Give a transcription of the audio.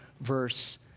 verse